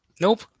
Nope